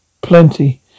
plenty